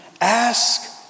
ask